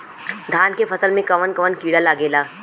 धान के फसल मे कवन कवन कीड़ा लागेला?